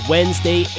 Wednesday